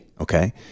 Okay